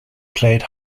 played